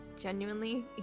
Genuinely